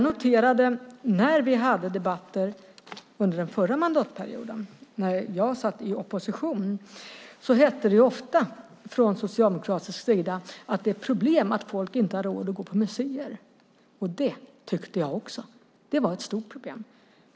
När vi hade debatter under förra mandatperioden, när jag satt i opposition, hette det ofta från socialdemokratisk sida att det är ett problem att folk inte har råd att gå på museer. Det tyckte jag också. Det var ett stort problem.